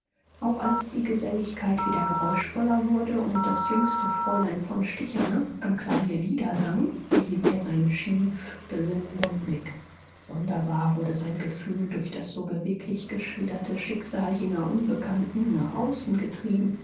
auch als die geselligkeit wieder geräuschvoller wurde und das jüngste fräulein von stichaner am klavier lieder sang behielt er seinen schief besinnenden blick sonderbar wurde sein gefühl durch das so beweglich geschilderte schicksal jener unbekannten nach außen getrieben